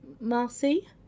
Marcy